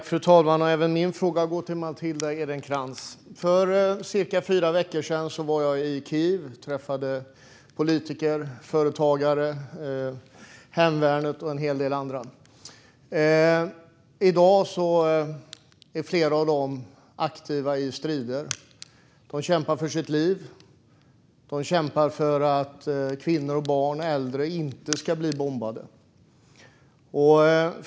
Fru talman! Även min fråga är riktad till Matilda Ernkrans. För cirka fyra veckor sedan var jag i Kiev och träffade politiker, företagare, hemvärnet och en hel del andra. I dag är flera av dem aktiva i strider. De kämpar för sina liv, och de kämpar för att kvinnor, barn och äldre inte ska bli bombade.